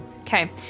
okay